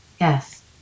Yes